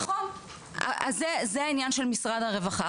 זה העניין של משרד הרווחה.